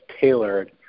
tailored